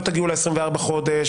לא תגיעו ל-24 חודשים,